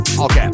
Okay